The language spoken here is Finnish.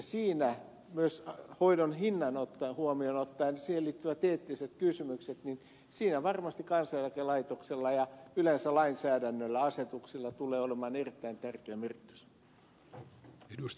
siinä myös kun ottaa hoidon hinnan ja siihen liittyvät eettiset kysymykset huomioon varmasti kansaneläkelaitoksella ja yleensä lainsäädännöllä asetuksilla tulee olemaan erittäin tärkeä merkitys